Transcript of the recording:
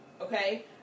okay